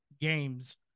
games